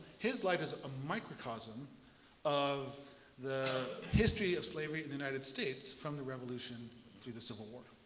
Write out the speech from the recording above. his life is a microcosm of the history of slavery in the united states from the revolution to the civil war.